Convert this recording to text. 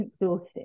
exhausted